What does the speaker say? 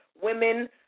women